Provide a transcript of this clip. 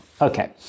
Okay